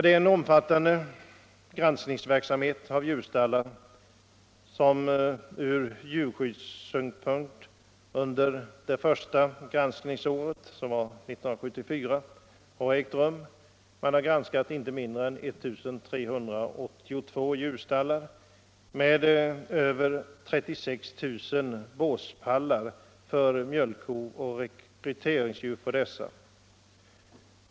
Det är en omfattande granskning av djurstallar som ur djurskyddssynpunkt ägt rum under det första granskningsåret 1974, nämligen av 1382 djurstallar med över 36 000 båsplatser för mjölkkor och rekryteringsdjur för dessa.